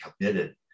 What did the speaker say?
committed